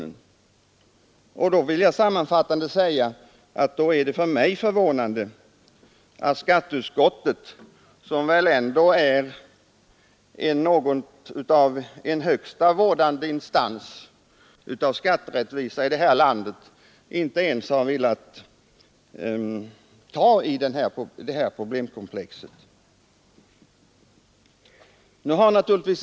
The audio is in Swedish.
Sammanfattningsvis vill jag säga att jag finner det förvånande att skatteutskottet, som väl ändå är något av en högsta vårdande instans av skatterättvisan här i landet, inte ens har velat ta i detta problemkomplex.